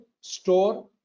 store